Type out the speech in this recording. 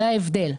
זה ההבדל.